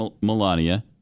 Melania